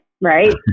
right